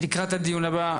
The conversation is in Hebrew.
לקראת הדיון הבא,